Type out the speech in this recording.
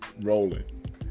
rolling